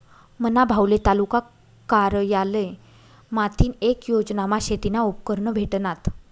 मना भाऊले तालुका कारयालय माथीन येक योजनामा शेतीना उपकरणं भेटनात